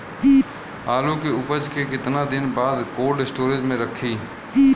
आलू के उपज के कितना दिन बाद कोल्ड स्टोरेज मे रखी?